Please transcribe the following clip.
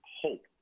hope